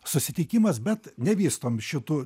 susitikimas bet nevystom šitų